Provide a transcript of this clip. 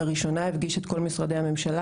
לראשונה הפגיש את כל משרדי הממשלה,